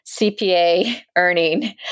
CPA-earning